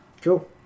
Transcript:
Cool